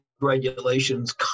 regulations